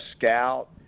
scout